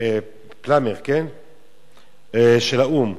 פֵלַמר של האו"ם,